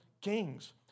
kings